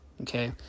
Okay